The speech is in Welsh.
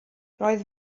roedd